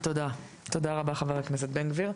תודה רבה חבר הכנסת בן גביר.